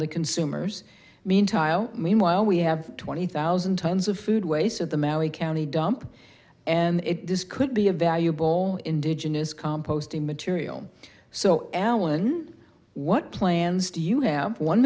the consumer's mean tile meanwhile we have twenty thousand tons of food waste at the maui county dump and it does could be a valuable indigenous composting material so allan what plans do you have one